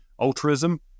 altruism